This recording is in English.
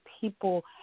people